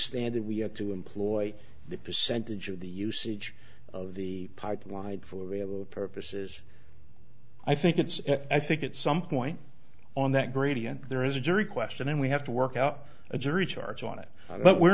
standard we have to employ the percentage of the usage of the pipeline for vehicle purposes i think it's i think at some point on that gradient there is a jury question and we have to work out a jury charge on it but we're